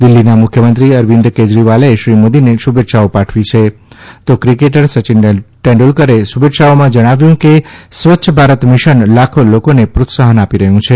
દિલ્હીના મુખ્યમંત્રી અરવિંદ કેજરીવાલે શ્રી મોદીને શુભેચ્છાઓ પાઠવી છે તો ક્રિકેટર સચિન તેંડલકરે શુભેચ્છાઓમાં જણાવ્યું કે સ્વચ્છ ભારત મિશન લાખો લોકોને પ્રોત્સાહન આપી રહ્યું છે